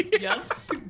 Yes